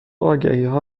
آگهیها